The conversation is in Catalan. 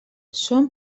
són